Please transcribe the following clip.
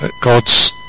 God's